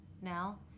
now